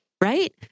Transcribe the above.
right